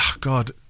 God